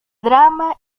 drama